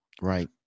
Right